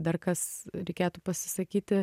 dar kas reikėtų pasisakyti